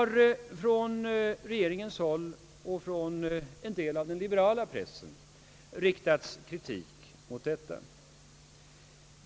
Regeringen och en del av den liberala pressen har riktat kritik mot detta.